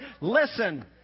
listen